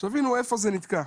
שתבינו איפה זה נתקע.